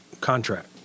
contract